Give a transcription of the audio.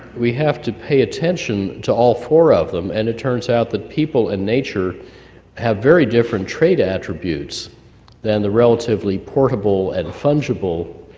we have to pay attention to all four of them, and it turns out that people and nature have very different trade attributes then the relatively portable and fungible